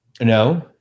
No